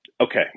Okay